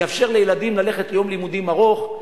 יאפשר לילדים ללכת ליום לימודים ארוך.